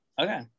Okay